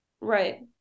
Right